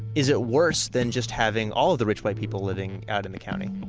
is it worse than just having all the rich white people living out in the county?